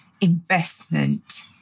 investment